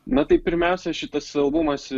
na tai pirmiausia šitas albumas